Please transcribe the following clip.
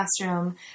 classroom